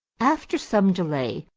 after some delay,